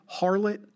harlot